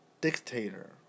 dictator